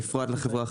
ובפרט לחברה החרדית.